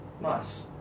Nice